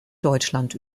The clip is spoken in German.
deutschland